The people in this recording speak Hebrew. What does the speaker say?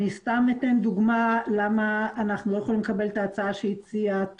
אני סתם אתן דוגמה למה אנחנו לא יכולים לקבל את ההצעה של תומר.